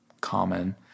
common